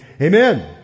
amen